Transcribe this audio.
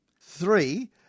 Three